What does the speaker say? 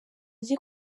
uzi